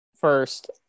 first